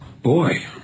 Boy